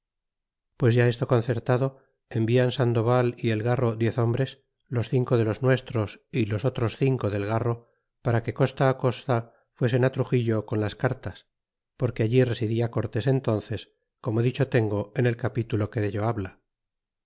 pues ya esto concertado envian sandoval y el garro diez hombres los cinco e los nuestros y los otros cinco del garro para que costa costa fuesen truxillo con las cartas porque allí residía cortés entánces como dicho tengo en el capitulo que dello habla